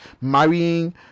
marrying